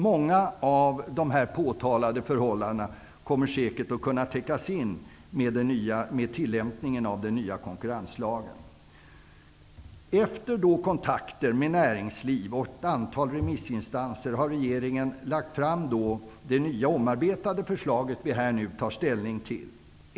Många av dessa påtalade förhållanden kommer säkert att kunna täckas in med tillämpningen av den nya konkurrenslagen. Efter kontakter med näringslivet och ett antal remissinstanser har regeringen nu lagt fram det nya och omarbetade förslaget som vi nu skall ta ställning till.